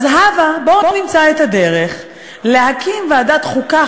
אז בואו נמצא את הדרך להקים ועדת חוקה,